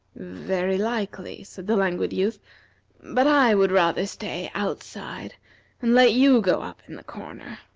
very likely, said the languid youth but i would rather stay outside and let you go up in the corner.